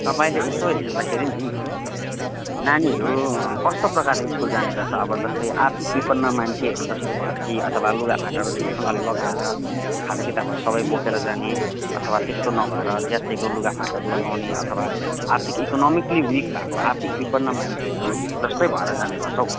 तपाईँले यसो हेर्दाखेरि नि नानीहरू कस्तो प्रकारले स्कुल जानेगर्छ अब जस्तै आर्थिक विपन्न मान्छेहरू जस्तो भएर कि अथवा लुगाफाटाहरू ठिकसँगले लगाएर खाताकिताबहरू सबै बोकेर जाने अथवा त्यस्तो नभएर च्यात्तिएको लुगाफाटाहरू लगाउने अथवा आर्थिक इकोनोमिकल्ली विक भएको आर्थिक विपन्न मान्छेहरू जस्तै भएर जानेगर्छ हो